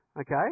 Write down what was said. Okay